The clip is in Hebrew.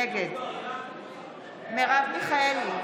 נגד מרב מיכאלי,